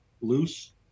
loose